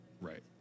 Right